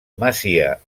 masia